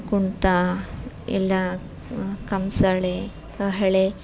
ಕುಣಿತ ಎಲ್ಲ ಕಂಸಾಳೆ ಕಹಳೆ